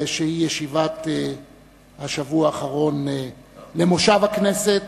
שהיא ישיבת השבוע האחרון למושב הכנסת